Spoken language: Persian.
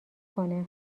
کنه